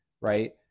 right